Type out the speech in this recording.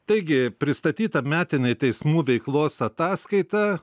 taigi pristatyta metinė teismų veiklos ataskaita